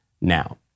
now